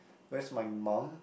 whereas my mum